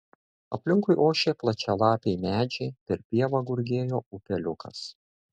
aplinkui ošė plačialapiai medžiai per pievą gurgėjo upeliukas